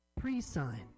pre-sign